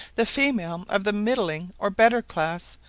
the female of the middling or better class,